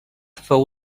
fou